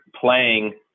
playing